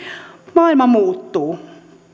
maailma muuttuu